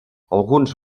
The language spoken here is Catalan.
alguns